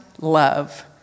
love